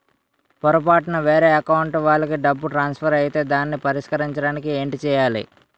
పొరపాటున వేరే అకౌంట్ వాలికి డబ్బు ట్రాన్సఫర్ ఐతే దానిని పరిష్కరించడానికి ఏంటి చేయాలి?